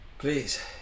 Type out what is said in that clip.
Please